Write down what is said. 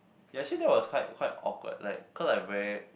ya actually that was quite quite awkward like cause I ve~